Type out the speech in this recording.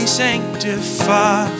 sanctify